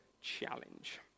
challenge